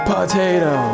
Potato